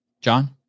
John